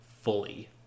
fully